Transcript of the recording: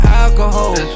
alcohol